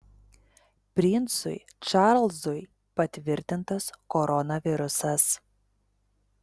princui čarlzui patvirtintas koronavirusas